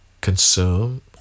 consume